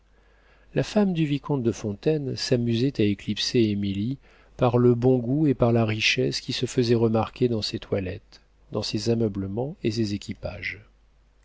la femme du vicomte de fontaine s'amusait à éclipser émilie par le bon goût et par la richesse qui se faisaient remarquer dans ses toilettes dans ses ameublements et ses équipages